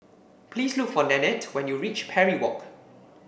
please look for Nanette when you reach Parry Walk